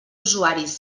usuaris